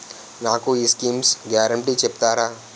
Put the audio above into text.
నాకు ఈ schemes guarantee చెప్తారా?